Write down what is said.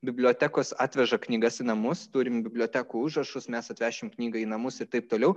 bibliotekos atveža knygas į namus turim bibliotekų užrašus mes atvešim knygą į namus ir taip toliau